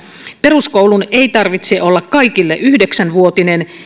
peruskoulun ei tarvitse olla kaikille yhdeksänvuotinen